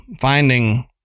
finding